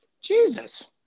Jesus